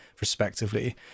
respectively